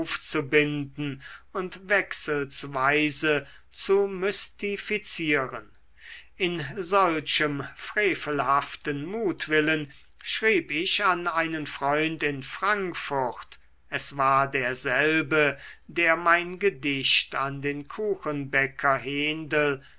etwas aufzubinden und wechselsweise zu mystifizieren in solchem frevelhaften mutwillen schrieb ich an einen freund in frankfurt es war derselbe der mein gedicht an den kuchenbäcker